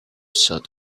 sought